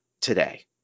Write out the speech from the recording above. today